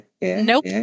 nope